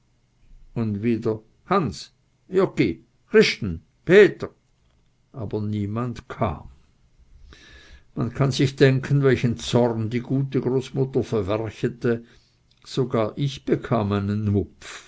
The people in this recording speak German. und wieder hans joggi christen peter aber niemand kam man kann sich denken welchen zorn die gute großmutter verwerchete sogar ich bekam einen